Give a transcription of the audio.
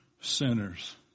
sinners